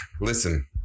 Listen